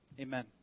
amen